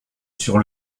sur